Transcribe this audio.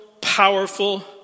powerful